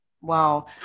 Wow